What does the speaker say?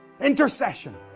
Intercession